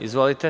Izvolite.